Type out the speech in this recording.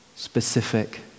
specific